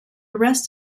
rest